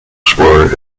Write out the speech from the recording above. explorer